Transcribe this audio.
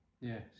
yes